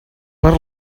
per